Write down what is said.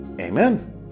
Amen